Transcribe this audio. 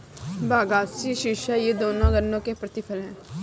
बगासी शीरा ये दोनों गन्ने के प्रतिफल हैं